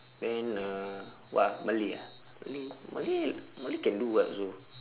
then uh what ah malay ah malay malay malay can do [what] also